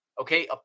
Okay